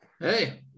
Hey